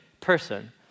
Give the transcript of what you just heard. person